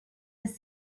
his